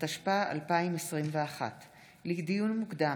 התשפ"א 2021. לדיון מוקדם,